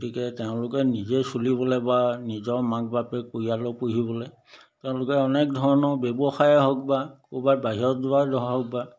গতিকে তেওঁলোকে নিজে চলিবলৈ বা নিজৰ মাক বাপেক পৰিয়ালক পুহিবলৈ তেওঁলোকে অনেক ধৰণৰ ব্যৱসায়ে হওক বা ক'ৰবাত বাহিৰত যোৱাৰ হওক বা